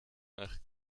nach